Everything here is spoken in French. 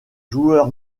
joueur